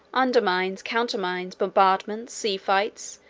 undermines, countermines, bombardments, sea fights,